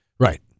Right